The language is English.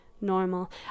normal